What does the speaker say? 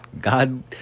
God